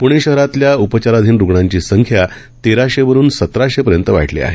प्णे शहरातल्या उपचाराधीन रुग्णांची संख्या तेराशेवरुन सतराशेपर्यंत वाढली आहे